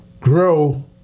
grow